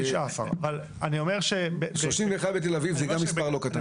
10-9. בתל אביב 31 וזה גם מספר לא קטן.